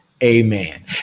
Amen